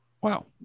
Wow